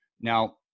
Now